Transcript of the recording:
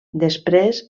després